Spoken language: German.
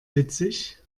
witzig